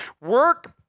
Work